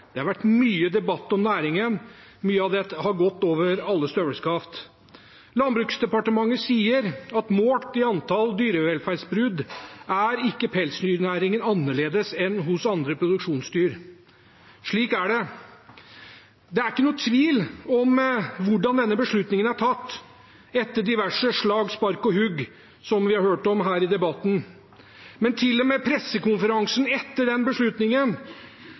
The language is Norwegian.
det har vært mye debatt om næringen – mye av det har gått over alle støvleskaft. Landbruks- og matdepartementet sier at målt i antall dyrevelferdsbrudd er ikke pelsdyrnæringen annerledes enn næringene for andre produksjonsdyr. Slik er det. Det er ikke noen tvil om hvordan denne beslutningen er tatt – etter diverse slag, spark og hugg, som vi har hørt om her i debatten – men på pressekonferansen, etter den beslutningen,